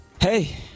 hey